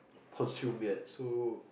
consume yet so